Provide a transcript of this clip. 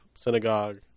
synagogue